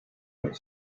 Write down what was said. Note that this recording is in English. what